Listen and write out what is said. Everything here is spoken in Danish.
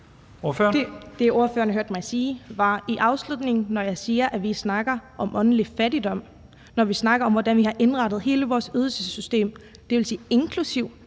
Det, ordføreren hørte mig sige, var i afslutningen. Når jeg siger, at vi snakker om åndelig fattigdom, og når vi snakker om, hvordan vi har indrettet hele vores ydelsessystem, dvs. inklusive